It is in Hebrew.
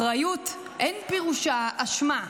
אחריות אין פירושה אשמה,